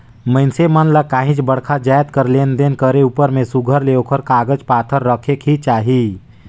मइनसे मन ल काहींच बड़खा जाएत कर लेन देन करे उपर में सुग्घर ले ओकर कागज पाथर रखेक ही चाही